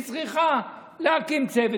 היא צריכה להקים צוות,